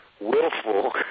willful